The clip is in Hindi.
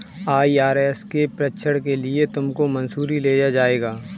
आई.आर.एस के प्रशिक्षण के लिए तुमको मसूरी ले जाया जाएगा